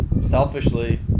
selfishly